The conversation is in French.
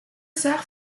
sœurs